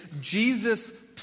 Jesus